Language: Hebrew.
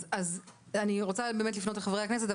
אז אני רוצה באמת לפנות לחברי הכנסת,